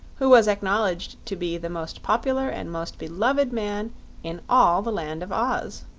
who was acknowledged to be the most popular and most beloved man in all the land of oz.